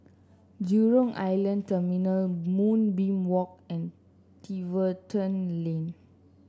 Jurong Island Terminal Moonbeam Walk and Tiverton Lane